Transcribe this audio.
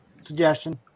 suggestion